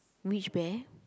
which bear